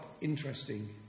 interesting